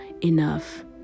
enough